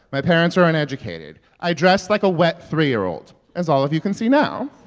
my parents are uneducated. i dress like a wet three year old as all of you can see now